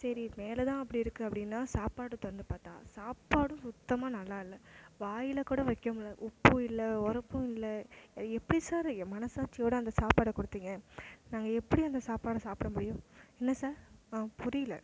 சரி மேலேதான் அப்படி இருக்குது அப்படினா சாப்பாடு திறந்து பார்த்தா சாப்பாடும் சுத்தமாக நல்லா இல்லை வாயில்கூட வைக்க முடியல உப்பு இல்லை உரப்பும் இல்லை எப்படி சார் மனசாட்சியோட அந்த சாப்பாடை கொடுத்தீங்க நாங்கள் எப்படி அந்த சாப்பாடை சாப்பிட முடியும் என்ன சார் ஆ புரியல